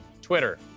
Twitter